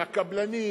הקבלנים,